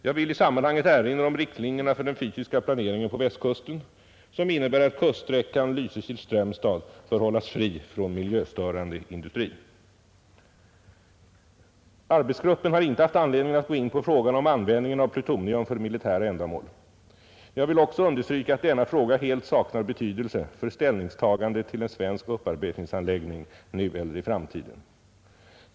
Jag vill i sammanhanget erinra om riktlinjerna för den fysiska planeringen på Västkusten, som innebär att kuststräckan Lysekil—-Strömstad bör hållas fri från miljöstörande industri. Arbetsgruppen har inte haft anledning att gå in på frågan om användningen av plutonium för militära ändamål. Jag vill också understryka att denna fråga helt saknar betydelse för ställningstagandet till en svensk upparbetningsanläggning nu eller i framtiden.